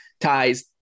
ties